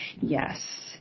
Yes